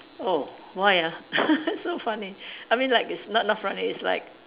oh why ah so funny I mean like it's not not funny it's like